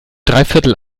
dreiviertel